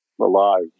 alive